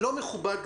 לא מכובד,